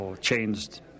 changed